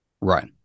right